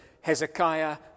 Hezekiah